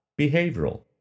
behavioral